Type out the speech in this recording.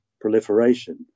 proliferation